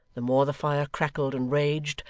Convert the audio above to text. the more the fire crackled and raged,